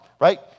right